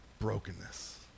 brokenness